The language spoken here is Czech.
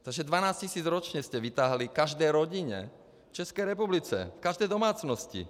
Takže 12 tisíc ročně jste vytáhli každé rodině v České republice, každé domácnosti.